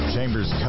Chambers